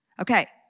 Okay